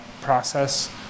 process